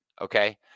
Okay